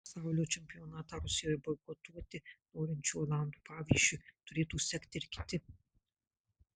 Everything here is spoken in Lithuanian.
pasaulio čempionatą rusijoje boikotuoti norinčių olandų pavyzdžiu turėtų sekti ir kiti